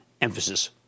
Emphasis